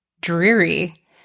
dreary